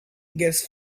gas